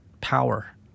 power